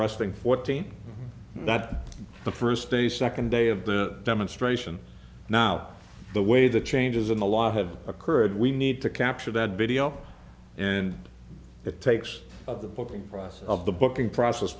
rresting fourteen that the first day second day of the demonstration now the way the changes in the law have occurred we need to capture that video and it takes of the booking process of the booking process